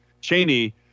Cheney